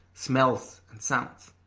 smells, and sounds.